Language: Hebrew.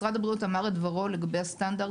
משרד הבריאות אמר את דברו לגבי הסטנדרט